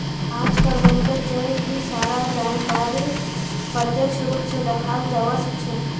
आजकल बैंकत जय भी सारा जानकारीक प्रत्यक्ष रूप से दखाल जवा सक्छे